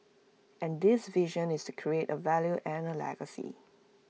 and this vision is to create A value and A legacy